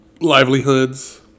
livelihoods